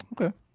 Okay